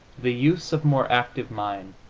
the youths of more active mind,